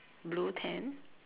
blue tent